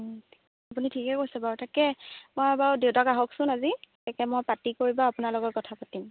আপুনি ঠিকে কৈছে বাৰু তাকে মই বাৰু দেউতাক আহঁকচোন আজি তাকে মই পাতি কৰি বাৰু আপোনাৰ লগত কথা পাতিম